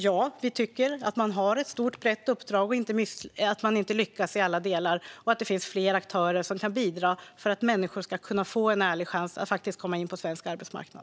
Ja, vi tycker att man har ett stort och brett uppdrag, att man inte har lyckats i alla delar och att det finns fler aktörer som kan bidra så att människor kan få en ärlig chans att faktiskt komma in på svensk arbetsmarknad.